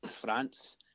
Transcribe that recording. France